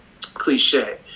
cliche